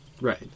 Right